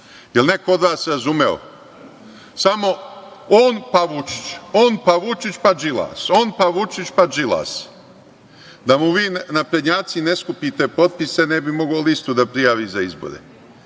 Jel neko od vas razumeo? Samo on, pa Vučić, on, pa Vučić, pa Đilas, on, pa Vučić, pa Đilas. Da mu vi naprednjaci ne skupljate potpise, ne bi mogao listu da prijavi za izbore.